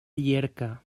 llierca